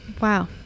Wow